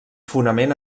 fonament